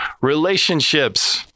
relationships